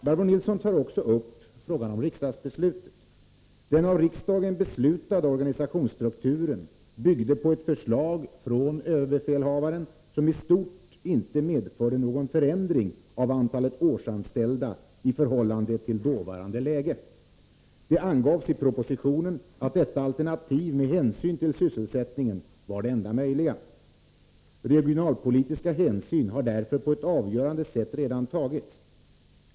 Barbro Nilsson tar också upp frågan om riksdagsbeslutet. Den av riksdagen beslutade organisationsstrukturen byggde på ett förslag från överbefälhavaren som i stort inte medförde någon förändring av antalet årsanställda i förhållande till dåvarande läge. Det angavs i propositionen att, med hänsyn till sysselsättningen, detta alternativ var det enda möjliga. Regionalpolitiska hänsyn har därför på ett avgörande sätt redan tagits.